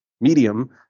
medium